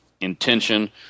intention